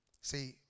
See